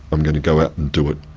i'm going to go out and do it.